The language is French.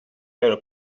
elle